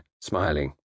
smiling